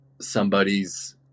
somebody's